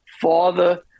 father